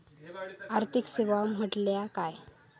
आर्थिक सेवा म्हटल्या काय?